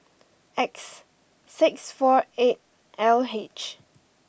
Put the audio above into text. X six four eight L H